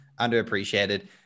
underappreciated